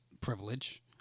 privilege